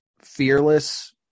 fearless